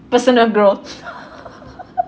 personal growth